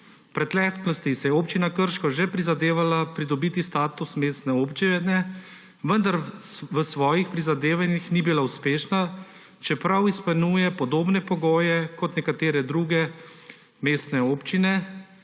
preteklosti si je Občina Krško že prizadevala pridobiti status mestne občine, vendar v svojih prizadevanjih ni bila uspešna, čeprav izpolnjuje podobne pogoje kot nekatere druge mestne občine